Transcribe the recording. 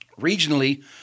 Regionally